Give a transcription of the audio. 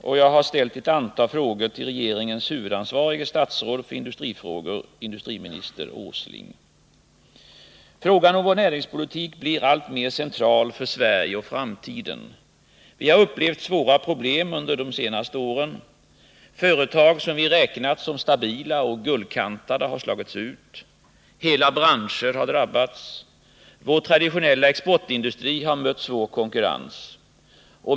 Och jag har ställt ett antal frågor till regeringens huvudansvariga statsråd för industrifrågor, industriminister Åsling. Frågan om vår näringspolitik blir alltmer central för Sverige och framtiden. Vi har upplevt svåra problem under de senaste åren. Företag som vi har räknat som stabila och guldkantade har slagits ut. Hela branscher har drabbats. Vår traditionella exportindustri har mött svår konkurrens.